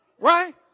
right